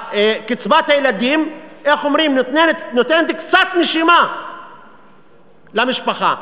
קצבת הילדים נותנת קצת נשימה למשפחה.